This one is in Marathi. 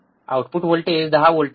आउटपुट व्होल्टेज 10 व्होल्ट आहे